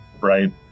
right